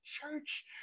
church